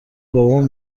بابام